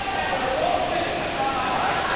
and we're both women. that's not my line?